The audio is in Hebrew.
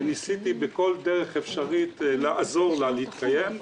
שניסיתי בכל דרך אפשרית לעזור לה להתקיים,